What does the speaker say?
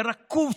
זה נוהג רקוב,